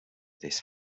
this